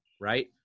right